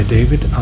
David